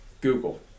Google